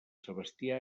sebastià